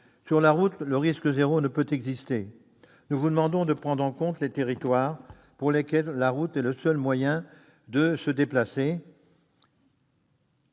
Sur la route, le risque zéro ne peut exister. Nous vous demandons donc, madame la ministre, de prendre en compte les territoires pour lesquels la route est le seul moyen de se déplacer.